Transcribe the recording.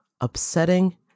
upsetting